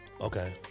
Okay